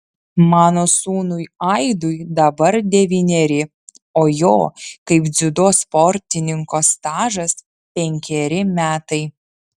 mano sūnui aidui dabar devyneri o jo kaip dziudo sportininko stažas penkeri metai